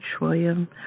william